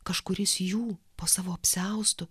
kažkuris jų po savo apsiaustu